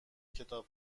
کتاب